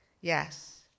Yes